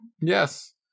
Yes